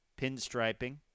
pinstriping